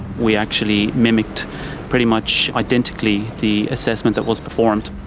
we actually mimicked pretty much identically the assessment that was performed.